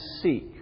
seek